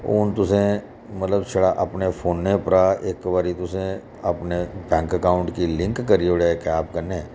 हून तुसें मतलब छड़ा फोनै उप्परां इक बारी तुसें अपने बैंक अकाउंट गी लिंक करी ओड़ेआ इक ऐप कन्नै